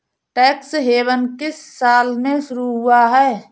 Tax haven किस साल में शुरू हुआ है?